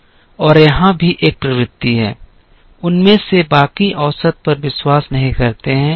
और यहां भी एक प्रवृत्ति है उनमें से बाकी औसत पर विश्वास नहीं करते हैं कि एक प्रवृत्ति है